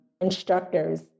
instructors